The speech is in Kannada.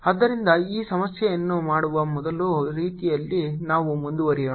ಆದ್ದರಿಂದ ಈ ಸಮಸ್ಯೆಯನ್ನು ಮಾಡುವ ಮೊದಲ ರೀತಿಯಲ್ಲಿ ನಾವು ಮುಂದುವರಿಯೋಣ